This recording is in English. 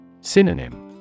Synonym